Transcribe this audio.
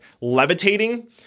levitating